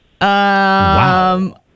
wow